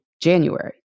January